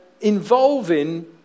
involving